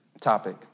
topic